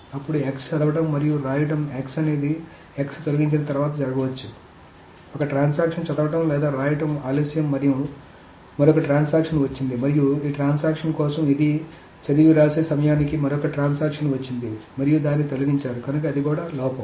అప్పుడు x చదవడం మరియు వ్రాయడం x అనేది x తొలగించిన తర్వాత జరగవచ్చు కాబట్టి ఒక ట్రాన్సాక్షన్ చదవడం లేదా వ్రాయడం ఆలస్యం మరియు మరొక ట్రాన్సాక్షన్ వచ్చింది మరియు ఈ ట్రాన్సాక్షన్ కోసం ఇది చదివి వ్రాసే సమయానికి మరొక ట్రాన్సాక్షన్ వచ్చింది మరియు దాన్ని తొలగించారు కనుక అది కూడా లోపం